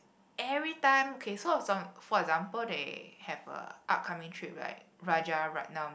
every time okay so I was on for example they have a upcoming trip right Rajaratnam